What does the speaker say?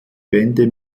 bände